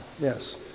Yes